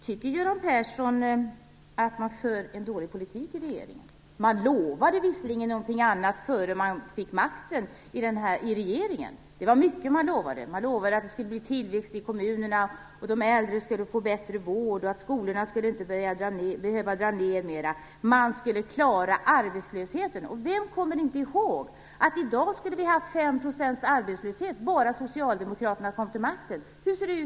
Tycker Göran Persson att regeringen för en dålig politik? Ni lovade visserligen någonting annat innan ni fick makten. Ni lovade mycket: tillväxt i kommunerna, bättre vård för de äldre, inga ytterligare neddragningar i skolorna. Ni skulle klara arbetslösheten. Vem kommer inte ihåg att ni sade att i dag skulle vi ha haft 5 % arbetslöshet, bara socialdemokraterna kom till makten? Men hur ser det ut?